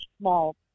small